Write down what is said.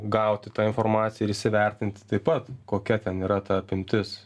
gauti tą informaciją ir įsivertinti taip pat kokia ten yra ta apimtis